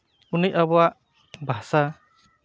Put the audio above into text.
ᱩᱱᱤ ᱟᱵᱚᱣᱟᱜ ᱵᱷᱟᱥᱟ